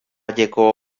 jeko